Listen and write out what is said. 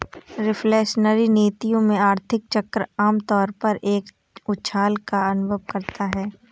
reflationary नीतियों में, आर्थिक चक्र आम तौर पर एक उछाल का अनुभव करता है